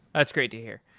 that's great to hear.